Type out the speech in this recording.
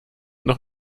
noch